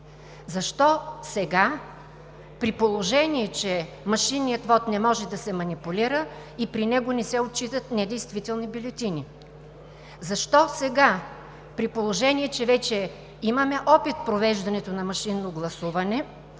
Защо сега, при положение че машинният вот не може да се манипулира и при него не се отчитат недействителни бюлетини? Защо сега, при положение че вече имаме опит в провеждането на машинно гласуване